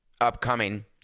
upcoming